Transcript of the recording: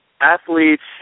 athletes